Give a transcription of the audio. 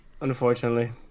unfortunately